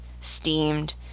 steamed